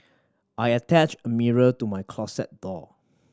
I attached a mirror to my closet door